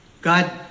God